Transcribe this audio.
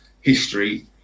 history